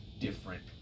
different